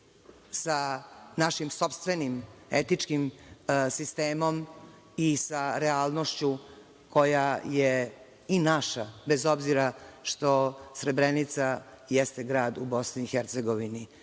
sa našim sopstvenim etičkim sistemom i sa realnošću koja je i naša, bez obzira što Srebrenica jeste grad u BiH.